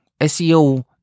seo